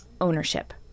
ownership